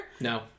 No